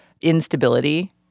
instability